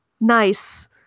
nice